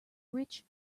rich